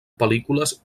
pel·lícules